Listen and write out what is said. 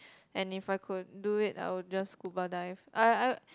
and if I could do it I will just scuba dive I'll I